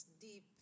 deep